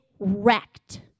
wrecked